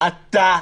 אתה,